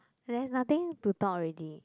there's nothing to talk already